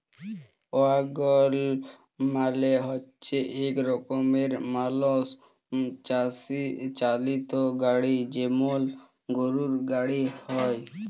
ওয়াগল মালে হচ্যে এক রকমের মালষ চালিত গাড়ি যেমল গরুর গাড়ি হ্যয়